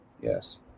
Yes